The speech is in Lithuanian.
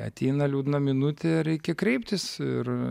ateina liūdną minutė reikia kreiptis ir